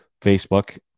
Facebook